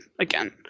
Again